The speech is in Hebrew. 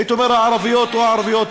הייתי אומר, הערביות או הערביות-יהודיות.